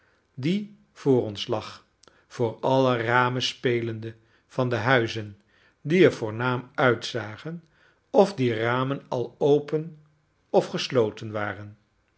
die vr ons lag voor alle ramen spelende van de huizen die er voornaam uitzagen of die ramen al open of gesloten waren